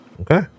Okay